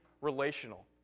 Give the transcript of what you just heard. relational